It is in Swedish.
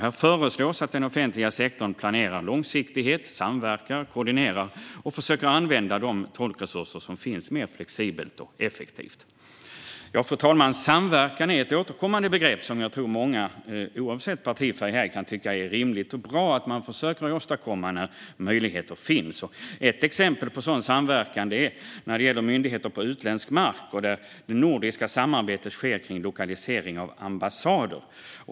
Där föreslås att den offentliga sektorn ska planera långsiktigt, samverka, koordinera och försöka använda de tolkresurser som finns mer flexibelt och effektivt. Fru talman! Samverkan är ett återkommande begrepp, och jag tror att många oavsett partifärg kan tycka att det är rimligt och bra att man försöker åstadkomma detta när möjligheter finns. Ett exempel på sådan samverkan när det gäller myndigheter på utländsk mark är det nordiska samarbete som sker kring lokalisering av ambassader.